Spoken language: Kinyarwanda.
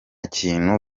kintu